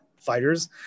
fighters